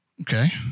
Okay